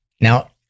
Now